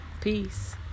Peace